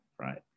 right